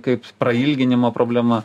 kaip prailginimo problema